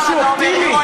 משהו אופטימי.